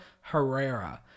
Herrera